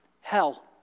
Hell